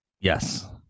Yes